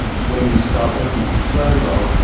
when you start looking at the slow log,